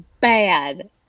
bad